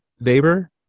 Weber